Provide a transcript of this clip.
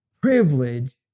privilege